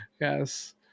yes